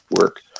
work